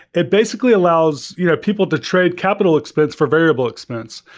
it basically allows you know people to trade capital expense for variable expense.